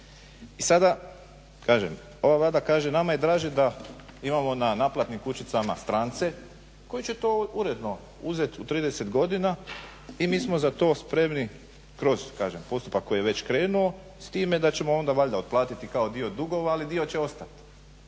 I sada kažem, ova Vlada kaže, nama je draže da imamo na naplatnim kućicama strance koji će to uredno uzet u 30 godina i mi smo za to spremni kroz, kažem postupak koji je već krenuo s time da ćemo onda valjda otplatiti kao dio dugova ali dio će ostati.